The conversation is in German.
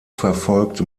verfolgt